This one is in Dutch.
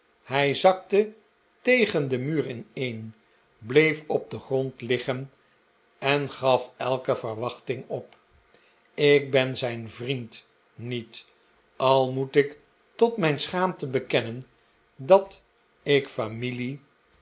hij zakte tegen den muur ineen bleef op den grond liggen en gaf elke verwachting op ik ben zijn vriend niet al moet ik tot mijn schaamte bekennen dat ik familie